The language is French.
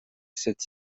cette